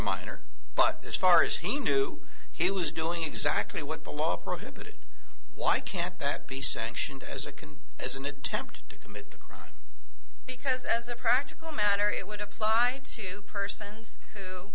minor but this far as he knew he was doing exactly what the law prohibited why can't that be sanctioned as a can as an attempt to commit the crime because as a practical matter it would apply to persons